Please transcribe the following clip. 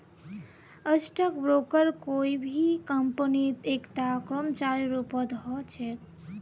stock broker कोई भी कम्पनीत एकता कर्मचारीर रूपत ह छेक